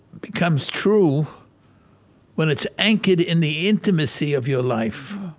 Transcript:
becomes true when it's anchored in the intimacy of your life.